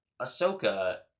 Ahsoka